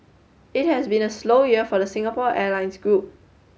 it has been a slow year for the Singapore Airlines group